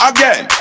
Again